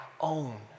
own